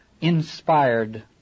inspired